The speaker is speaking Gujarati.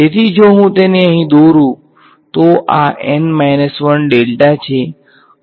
તેથી જો હું તેને અહી દોરુ તો આ છે અને આ છે